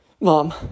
mom